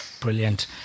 Brilliant